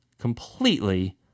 completely